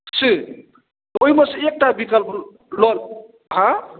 से ओहिमेसे एकटा विकल्प लऽ हँ